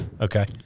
okay